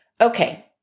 Okay